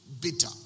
bitter